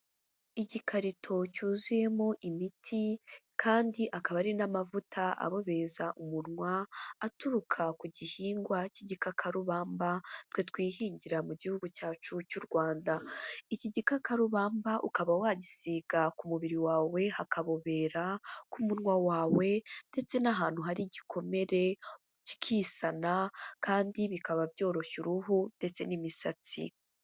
Igikarito cyuzuyemo imiti kandi akaba ari n'amavuta abobeza umunwa aturuka ku gihingwa cy'igikakarubamba twe twihingira mu gihugu cyacu cy'u Rwanda, iki gikakarubamba ukaba wagisiga ku mubiri wawe hakabobera, ku munwa wawe ndetse n'ahantu hari igikomere kikisana kandi bikaba byoroshya uruhu ndetse n'imisatsi.